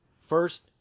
first